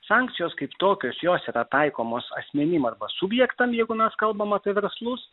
sankcijos kaip tokios jos yra taikomos asmenim arba subjektam jeigu mes kalbame apie verslus